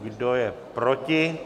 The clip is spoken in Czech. Kdo je proti?